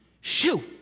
Shoo